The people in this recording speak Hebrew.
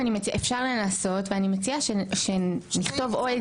אפשר לנסות ואני מציעה שנכתוב או את